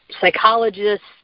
psychologists